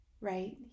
right